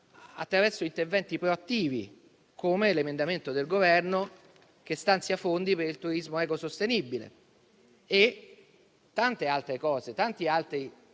attraverso interventi proattivi, come l'emendamento del Governo che stanzia fondi per il turismo ecosostenibile. Tanti altri buoni e